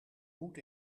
moed